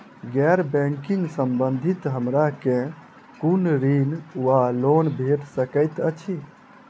गैर बैंकिंग संबंधित हमरा केँ कुन ऋण वा लोन भेट सकैत अछि?